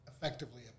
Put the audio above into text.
effectively